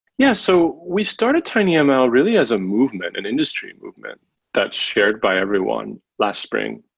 yeah. so we started tinyml really is a movement, an industry movement that's shared by everyone last spring.